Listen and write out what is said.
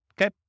Okay